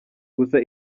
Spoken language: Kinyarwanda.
gusa